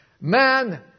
Man